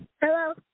Hello